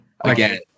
again